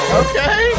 okay